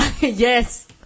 Yes